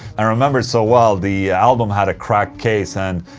i remember it so well, the album had a cracked case and.